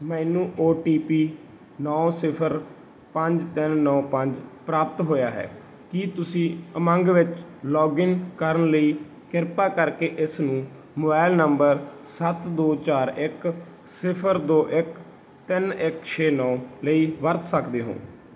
ਮੈਨੂੰ O T P ਨੌਂ ਸਿਫਰ ਪੰਜ ਤਿੰਨ ਨੌਂ ਪੰਜ ਪ੍ਰਾਪਤ ਹੋਇਆ ਹੈ ਕੀ ਤੁਸੀਂ ਉਮੰਗ ਵਿੱਚ ਲੌਗਇਨ ਕਰਨ ਲਈ ਕਿਰਪਾ ਕਰਕੇ ਇਸਨੂੰ ਮੋਬਾਈਲ ਨੰਬਰ ਸੱਤ ਦੋ ਚਾਰ ਇੱਕ ਸਿਫਰ ਦੋ ਇੱਕ ਤਿੰਨ ਇੱਕ ਛੇ ਨੌਂ ਲਈ ਵਰਤ ਸਕਦੇ ਹੋ